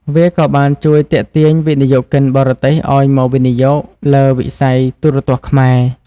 វាក៏បានជួយទាក់ទាញវិនិយោគិនបរទេសឱ្យមកវិនិយោគលើវិស័យទូរទស្សន៍ខ្មែរ។